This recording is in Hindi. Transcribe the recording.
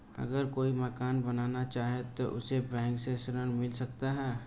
अगर कोई मकान बनाना चाहे तो उसे बैंक से ऋण मिल सकता है?